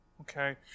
Okay